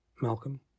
Malcolm